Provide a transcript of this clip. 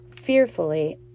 Fearfully